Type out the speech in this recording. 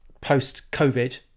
post-COVID